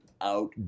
out